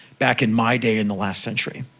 back in my day in the last century.